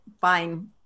Fine